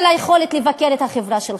של היכולת לבקר את החברה שלך.